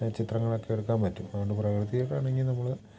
ചിത്രങ്ങളൊക്കെ എടുക്കാൻ പറ്റും അതുകൊണ്ട് പ്രകൃതിയോടിണങ്ങി നമ്മൾ